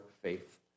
faith